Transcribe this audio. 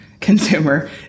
consumer